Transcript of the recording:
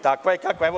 Takva je kakva je.